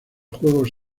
juegos